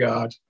God